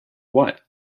what